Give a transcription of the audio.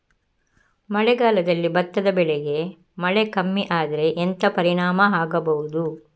ಮಳೆಗಾಲದಲ್ಲಿ ಭತ್ತದ ಬೆಳೆಗೆ ಮಳೆ ಕಮ್ಮಿ ಆದ್ರೆ ಎಂತ ಪರಿಣಾಮ ಆಗಬಹುದು?